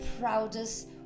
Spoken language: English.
proudest